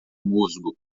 musgo